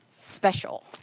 special